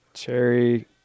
cherry